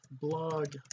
blog